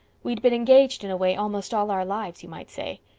we'd been engaged in a way almost all our lives, you might say.